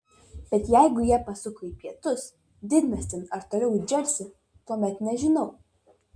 bet jeigu jie pasuko į pietus didmiestin ar toliau į džersį tuomet nežinau